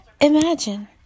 imagine